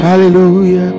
Hallelujah